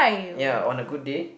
ya on a good day